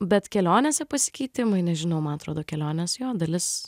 bet kelionėse pasikeitimai nežinau man atrodo kelionės jo dalis